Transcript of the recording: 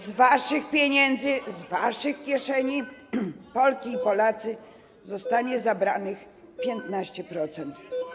Z waszych pieniędzy, z waszych kieszeni, Polki i Polacy, zostanie zabranych 15%.